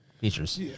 features